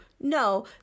No